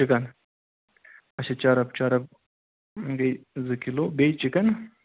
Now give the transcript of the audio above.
chicken اچھا چرٕب چرٕب گٔیے زٕ کلوٗ بیٚیہِ چِکن